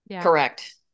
Correct